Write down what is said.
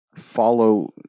follow